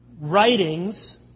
writings